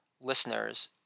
listeners